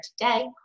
today